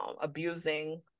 abusing